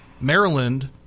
Maryland